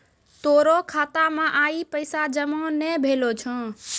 तोरो खाता मे आइ पैसा जमा नै भेलो छौं